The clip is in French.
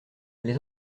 les